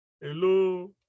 Hello